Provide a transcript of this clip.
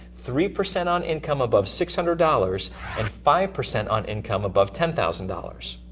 three percent on income above six hundred dollars and five percent on income above ten thousand dollars.